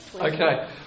Okay